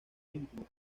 íntimo